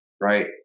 right